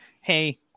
hey